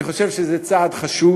אני חושב שזה צעד חשוב.